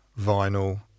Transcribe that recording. vinyl